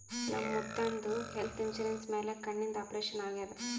ನಮ್ ಮುತ್ಯಾಂದ್ health insurance ಮ್ಯಾಲ ಕಣ್ಣಿಂದ್ ಆಪರೇಷನ್ ಆಗ್ಯಾದ್